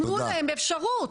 תנו להן אפשרות.